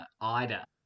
Ida